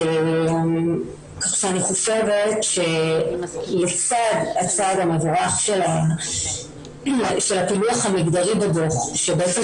אני חושבת שלצד הצעד המבורך של הפילוח המגדרי בדו"ח שבעצם